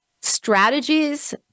strategies